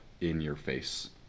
in-your-face